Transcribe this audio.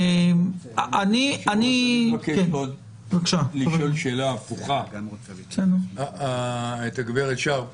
אני מבקש לשאול שאלה הפוכה את הגברת שארף.